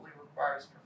requires